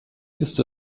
ist